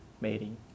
mating